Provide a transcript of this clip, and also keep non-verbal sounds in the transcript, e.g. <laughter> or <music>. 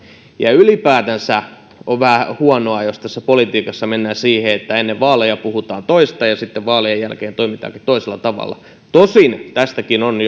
ylipäätänsä on vähän huonoa jos tässä politiikassa mennään siihen että ennen vaaleja puhutaan toista ja sitten vaalien jälkeen toimitaankin toisella tavalla tosin tästäkin on <unintelligible>